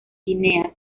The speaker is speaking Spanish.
guinea